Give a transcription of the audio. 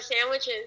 sandwiches